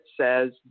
says